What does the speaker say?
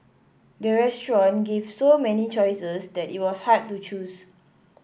the restaurant gave so many choices that it was hard to choose